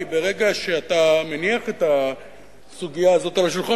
כי ברגע שאתה מניח את הסוגיה הזאת על השולחן,